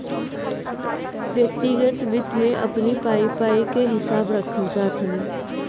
व्यक्तिगत वित्त में अपनी पाई पाई कअ हिसाब रखल जात हवे